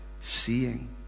seeing